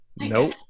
Nope